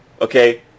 okay